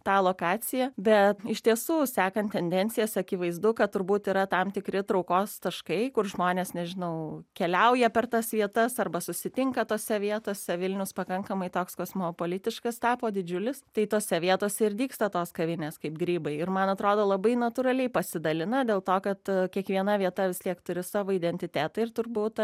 tą lokacija bet iš tiesų sekant tendencijas akivaizdu kad turbūt yra tam tikri traukos taškai kur žmonės nežinau keliauja per tas vietas arba susitinka tose vietose vilnius pakankamai toks kosmopolitiškas tapo didžiulis tai tose vietose ir dygsta tos kavinės kaip grybai ir man atrodo labai natūraliai pasidalina dėl to kad kiekviena vieta vis tiek turi savo identitetą ir turbūt